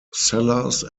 cellars